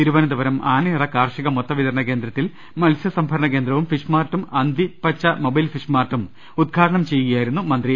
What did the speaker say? Thiruvananthapuram Anayara കാർഷിക മൊത്തവിതരണ കേന്ദ്രത്തിൽ മത്സ്യസംഭരണ കേന്ദ്രവും ഫിഷ് മാർട്ടും അന്തിപ്പച്ച മൊബൈൽ ഫിഷ്മാർട്ടും ഉദ്ഘാ ടനം ചെയ്യുകയായിരുന്നു മന്ത്രി